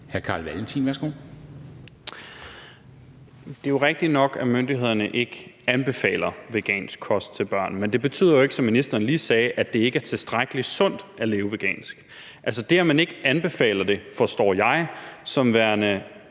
Det er rigtigt nok, at myndighederne ikke anbefaler vegansk kost til børn, men det betyder jo ikke, som ministeren lige sagde, at det ikke er tilstrækkelig sundt at leve vegansk. Altså, det, at man ikke anbefaler det, forstår jeg som værende